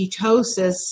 ketosis